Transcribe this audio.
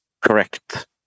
correct